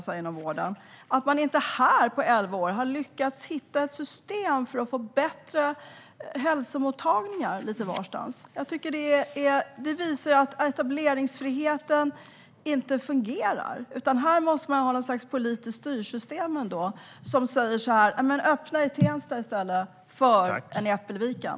Här har man inte under elva år lyckats hitta ett system för att inrätta bättre hälsomottagningar. Det visar att etableringsfriheten inte fungerar. Här måste det finnas något slags politiskt styrsystem som anger att en mottagning ska öppnas i Tensta i stället för i Äppelviken.